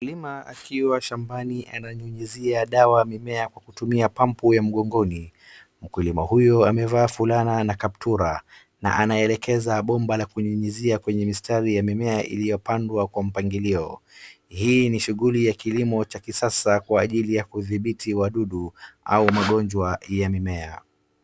Mkulima akiwa shambani ananyunyizia dawa mimea kwa kutumia pampu ya mgongoni. Mkulima huyo amevaa fulana na kaptura na anaelekeza bomba la kunyunyizia kwenye mistari ya mimea iliyopandwa kwa mpangilio. Hii ni shughuli ya kilimo cha kisasa kwa ajili ya kudhibiti wadudu au magonjwa ya mimea.